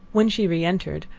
when she reentered,